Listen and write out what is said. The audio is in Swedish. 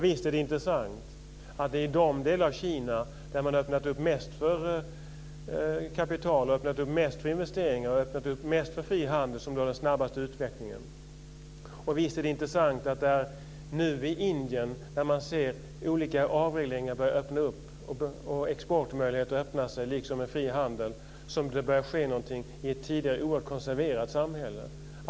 Visst är det intressant att det är i de delar av Kina där man har öppnat mest för kapital, investeringar och fri handel som man har den snabbaste utvecklingen. Visst är det intressant att det är nu, när man i Indien ser att olika avregleringar börjar öppna exportmöjligheter och en fri handel, som det börjar ske någonting i ett tidigare oerhört konserverat samhälle.